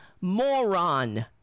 moron